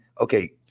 okay